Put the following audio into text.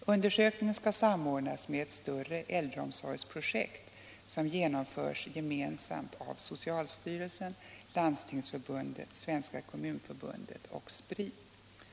Undersökningen skall samordnas med ett större äldreomsorgsprojekt, som genomförs gemensamt av socialstyrelsen, Landstingsförbundet, Svenska kommunförbundet och Spri.